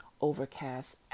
overcast